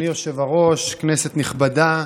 היושב-ראש, כנסת נכבדה,